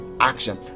action